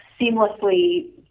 seamlessly